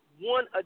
one